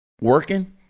working